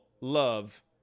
love